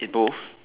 it's both